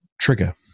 trigger